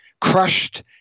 crushed